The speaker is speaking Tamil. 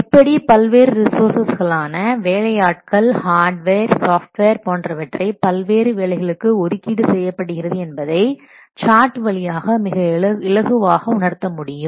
எப்படி பல்வேறு ரிஸோர்ஸ்களான வேலையாட்கள் ஹார்டுவேர் சாஃப்ட்வேர் போன்றவற்றை பல்வேறு வேலைகளுக்கு ஒதுக்கீடு செய்யப்படுகிறது என்பதை சார்ட் வழியாக மிக இலகுவாக உணர்த்த முடியும்